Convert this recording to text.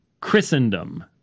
Christendom